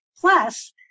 Plus